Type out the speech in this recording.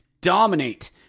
dominate